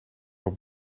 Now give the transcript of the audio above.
haar